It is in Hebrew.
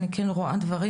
אני כן רואה דברים,